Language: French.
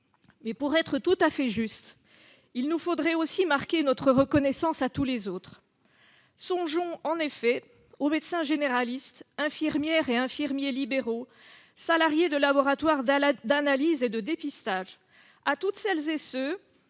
Mais, pour être tout à fait justes, il nous faudrait aussi marquer notre reconnaissance à tous les autres : songeons en effet aux médecins généralistes, infirmières et infirmiers libéraux, salariés de laboratoires d'analyses et de dépistages, et à toutes celles et tous